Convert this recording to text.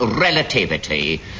relativity